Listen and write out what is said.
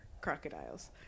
crocodiles